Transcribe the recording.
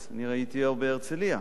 אני ראיתיה בהרצלייה.